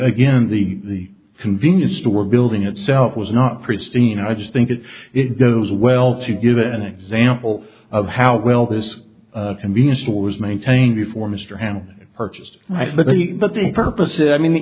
again the convenience store building itself was not pristine i just think that it goes well to give an example of how will this convenience stores maintain before mr han purchased i think that the purpose is i mean the